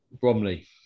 Bromley